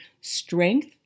strength